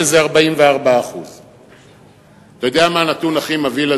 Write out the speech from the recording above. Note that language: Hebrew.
שזה 44%. אתה יודע מה הנתון הכי מבהיל,